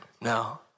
No